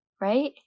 right